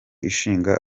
ishinga